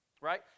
Right